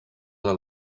del